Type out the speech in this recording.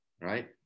Right